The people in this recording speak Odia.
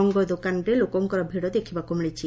ରଙ୍ଗ ଦୋକାନରେ ଲୋକଙ୍କର ଭିଡ଼ ଦେଖିବାକୁ ମିଳିଛି